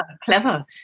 clever